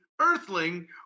earthling